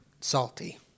salty